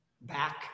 Back